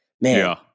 Man